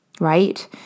right